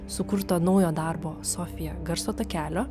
sukurto naujo darbo sofija garso takelio